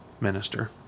minister